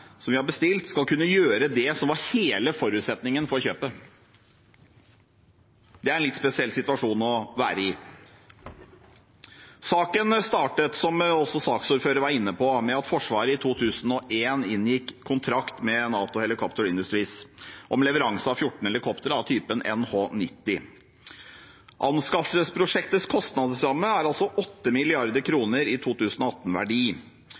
som vi har bestilt, skal kunne gjøre det som var hele forutsetningen for kjøpet. Det er en litt spesiell situasjon å være i. Saken startet, som også saksordføreren var inne på, med at Forsvaret i 2001 inngikk kontrakt med Nato Helicopter Industries om leveranse av 14 helikoptre av typen NH90. Anskaffelsesprosjektets kostnadsramme er